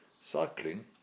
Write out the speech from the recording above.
Cycling